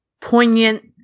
poignant